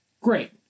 great